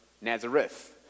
Nazareth